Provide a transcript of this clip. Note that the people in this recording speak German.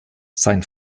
sein